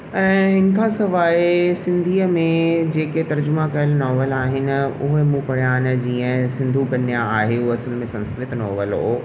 ऐं हिन खां सवाइ सिंधीअ में जेके तर्जुमा कयुल नॉवेल आहिनि उहे मूं पढ़िया आहिनि जीअं सिंधू कन्या आहे उहा असुल में संस्कृत नॉवेल हुओ